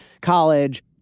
college